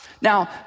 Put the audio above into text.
Now